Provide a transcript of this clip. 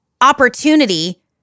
opportunity